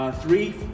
Three